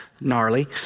Gnarly